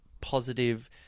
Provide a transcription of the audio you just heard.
positive